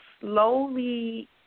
slowly